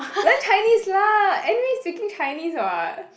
learn Chinese lah anyway speaking Chinese [what]